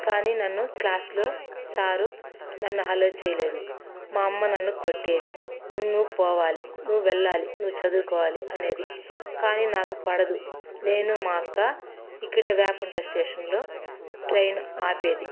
కానీ నన్ను క్లాస్లో సారు నన్ను అలో చేయలేదు మా అమ్మ నన్ను కొట్టేది నువ్వు పోవాలి నువ్వు వెళ్ళాలి నువ్వు చదువుకోవాలి అనేది కాని నాకు పడదు నేను మా అక్క ఇక్కడే వ్యాపుంట స్టేషన్లో ట్రైన్ ఆపేది